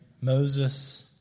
Moses